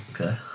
Okay